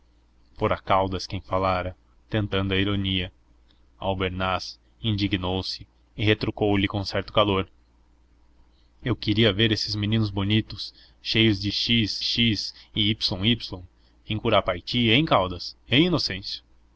fora caldas quem falara tentando a ironia albernaz indignou-se e retrucou lhe com certo calor eu queria ver esses meninos bonitos cheios de xx e yy em curupaiti hein caldas hein inocêncio